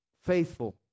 Faithful